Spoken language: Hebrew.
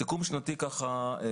סיכום שנתי בתמצית: